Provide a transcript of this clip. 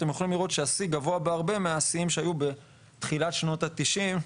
אתם יכולים לראות שהשיא גבוה בהרבה מהשיאים שהיו בתחילת שנות ה-90,